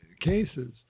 cases